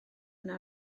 yno